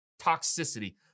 toxicity